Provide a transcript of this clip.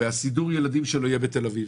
וסידור הילדים שלו יהיה בתל אביב,